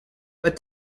but